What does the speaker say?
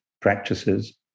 practices